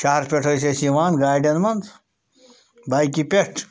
شہر پٮ۪ٹھ ٲسۍ أسۍ یِوان گاڑٮ۪ن مَنٛز بایکہِ پٮ۪ٹھ